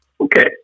Okay